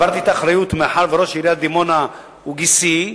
מאחר שראש עיריית דימונה הוא גיסי,